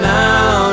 now